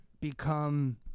become